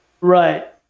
Right